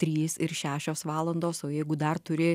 trys ir šešios valandos o jeigu dar turi